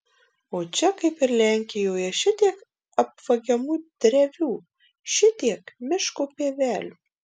o čia kaip ir lenkijoje šitiek apvagiamų drevių šitiek miško pievelių